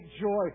joy